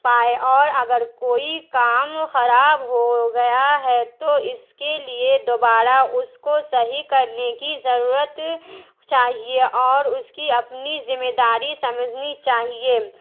پائے اور اگر کوئی کام خراب ہو گیا ہے تو اس کے لیے دوبارہ اس کو صحیح کرنے کی ضرورت چاہیے اور اس کی اپنی ذمہ داری سمجھنی چاہیے